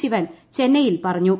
ശിവൻ ചെന്നൈയിൽ പറഞ്ഞു